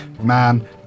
Man